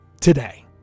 today